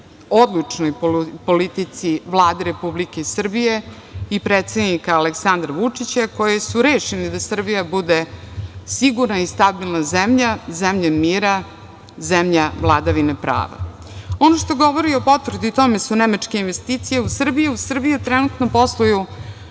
odlučnoj politici Vlade Republike Srbije i predsednika Aleksandra Vučića, koji su rešeni da Srbija bude sigurna i stabilna zemlja, zemlja mira, zemlja vladavine prave. Ono što govori o potvrdu tome su nemačke investicije u Srbiju. U Srbiji trenutno posluje